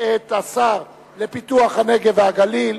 את השר לפיתוח הנגב והגליל,